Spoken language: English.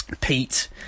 Pete